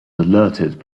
alerted